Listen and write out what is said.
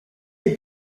est